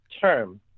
term